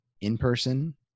in-person